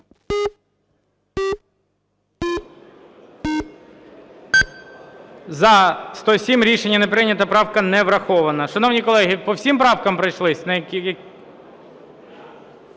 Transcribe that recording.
За-107 Рішення не прийнято, правка не врахована. Шановні колеги, по всіх правках пройшлись?